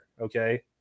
Okay